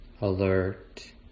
alert